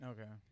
Okay